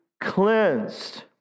cleansed